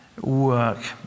work